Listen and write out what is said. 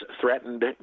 threatened